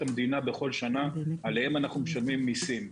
המדינה בכל שנה עליהם אנחנו משלמים מיסים.